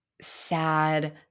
sad